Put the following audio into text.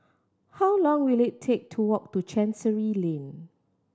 how long will it take to walk to Chancery Lane